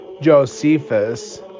Josephus